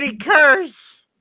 curse